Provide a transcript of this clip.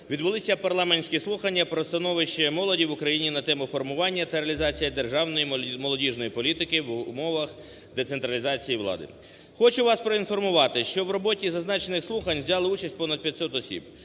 відбулися парламентські слухання про становище молоді в України на тему: "Формування та реалізація державної молодіжної політики в умовах децентралізації влади". Хочу вас проінформувати, що в роботі зазначених слухань взяли участь понад 500 осіб,